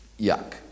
yuck